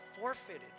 forfeited